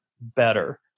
better